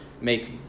make